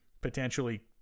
potentially